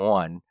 one